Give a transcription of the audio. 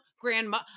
Grandma